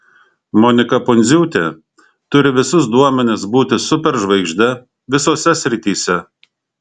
monika pundziūtė turi visus duomenis būti superžvaigžde visose srityse